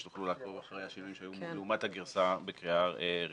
שתוכלו לעקוב אחרי השינויים לעומת הגרסה בקריאה ראשונה.